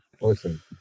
Awesome